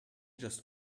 just